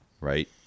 right